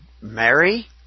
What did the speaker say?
Mary